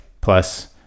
plus